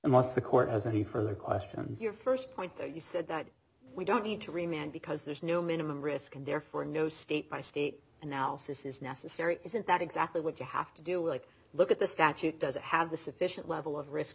thus the court has any further questions your first point that you said that we don't need to re man because there's no minimum risk and therefore no state by state analysis is necessary isn't that exactly what you have to do with a look at the statute does it have the sufficient level of risk